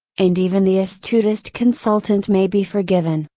and even the astutest consultant may be forgiven,